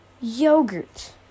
yogurt